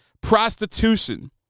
Prostitution